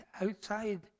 outside